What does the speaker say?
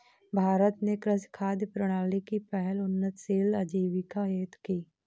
भारत ने कृषि खाद्य प्रणाली की पहल उन्नतशील आजीविका हेतु की